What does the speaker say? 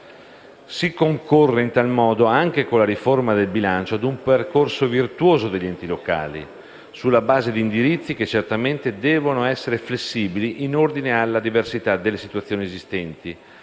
Si concorre in tal modo, anche con la riforma del bilancio, ad un percorso virtuoso degli enti locali, sulla base di indirizzi che certamente devono essere flessibili in ordine alla diversità delle situazioni esistenti.